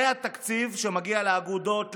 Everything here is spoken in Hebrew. זה התקציב שמגיע לאגודות,